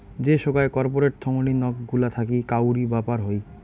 যে সোগায় কর্পোরেট থোঙনি নক গুলা থাকি কাউরি ব্যাপার হই